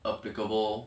applicable